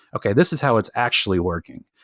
okay, this is how it's actually working.